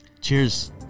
Cheers